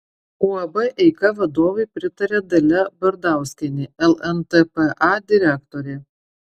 uab eika vadovui pritaria dalia bardauskienė lntpa direktorė